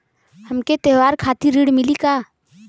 हमके त्योहार खातिर ऋण मिली का?